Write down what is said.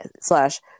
slash